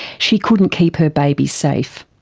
she couldn't keep her baby safe.